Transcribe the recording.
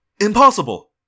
Impossible